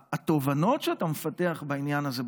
התובנות שאתה מפתח בעניין הזה,